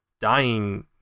dying